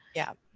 yeah.